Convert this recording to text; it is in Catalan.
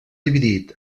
dividit